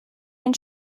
den